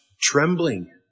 trembling